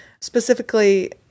specifically